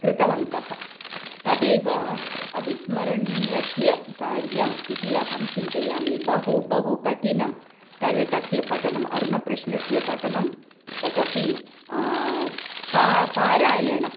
कृतवन्तः तदेव अविस्मरणीयस्य कार्यम् इति अहं चिन्तयामि बहु बहु कठिनं तद् तस्य पठनम् अरुणप्रश्नस्य पठनं तदपि पा पारायणम्